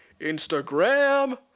Instagram